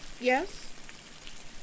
Yes